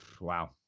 Wow